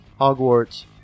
Hogwarts